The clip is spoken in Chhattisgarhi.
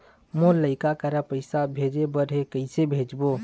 मोर लइका करा पैसा भेजें बर हे, कइसे भेजबो?